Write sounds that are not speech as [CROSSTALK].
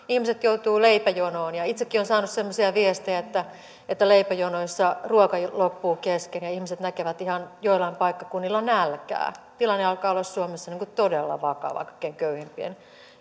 [UNINTELLIGIBLE] ihmiset joutuvat leipäjonoon ja itsekin olen saanut semmoisia viestejä että että leipäjonoissa ruoka loppuu kesken ja ihmiset ihan näkevät joillain paikkakunnilla nälkää tilanne alkaa olla suomessa todella vakava kaikkein köyhimpien